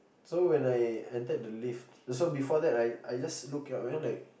so when I intended to leave so before that I I just look up I mean like